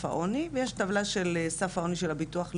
העוני ויש טבלה של סף העוני של ביטוח לאומי,